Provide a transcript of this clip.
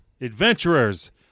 Adventurers